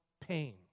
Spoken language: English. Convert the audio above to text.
pain